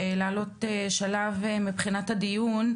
כדי לעלות שלב מבחינת הדיון,